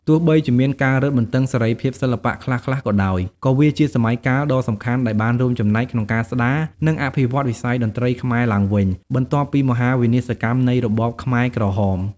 ទោះបីជាមានការរឹតបន្តឹងសេរីភាពសិល្បៈខ្លះៗក៏ដោយ ក៏វាជាសម័យកាលដ៏សំខាន់ដែលបានរួមចំណែកក្នុងការស្ដារ និងអភិវឌ្ឍវិស័យតន្ត្រីខ្មែរឡើងវិញ បន្ទាប់ពីមហាវិនាសកម្មនៃរបបខ្មែរក្រហម។